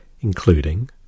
including